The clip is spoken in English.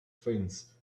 things